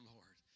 Lord